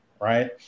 right